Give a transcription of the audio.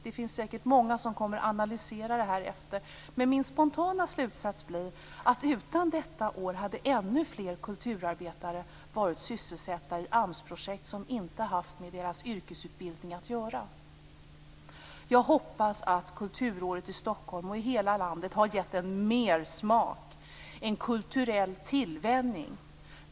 Det finns säkert många som kommer att analysera det. Min spontana slutsats blir att utan detta år hade ännu fler kulturarbetare varit sysselsatta i AMS-projekt som inte haft med deras yrkesutbildning att göra. Jag hoppas att kulturåret har gett mersmak och kulturell tillvänjning i Stockholm och i hela landet.